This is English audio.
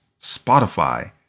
Spotify